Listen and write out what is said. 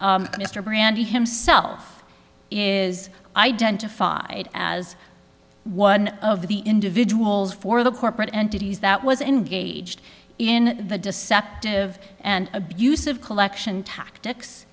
judge mr brand he himself is identified as one of the individuals for the corporate entities that was engaged in the deceptive and abusive collection tactics